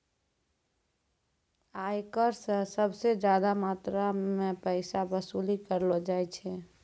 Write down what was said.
आयकर स सबस ज्यादा मात्रा म पैसा वसूली कयलो जाय छै